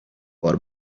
بار